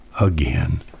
again